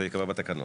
זה ייקבע בתקנות.